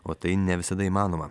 o tai ne visada įmanoma